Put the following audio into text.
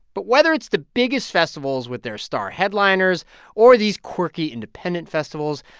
but whether it's the biggest festivals with their star headliners or these quirky, independent festivals,